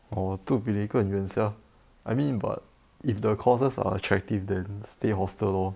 orh to be 那个远 sia I mean but if the courses are attractive then stay hostel lor